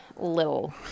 little